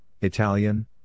Italian